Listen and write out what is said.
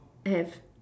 have